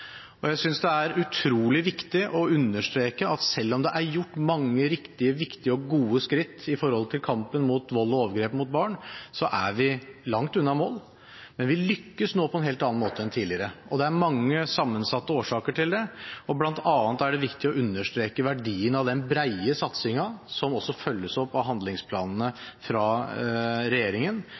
Jeg synes det er utrolig viktig å understreke at selv om det er gjort mange riktige, viktige og gode skritt når det gjelder kampen mot vold og overgrep mot barn, så er vi langt unna målet, men vi lykkes nå på en helt annen måte enn tidligere. Det er mange sammensatte årsaker til det, bl.a. er det viktig å understreke verdien av den brede satsingen, som også følges opp av handlingsplanene fra regjeringen,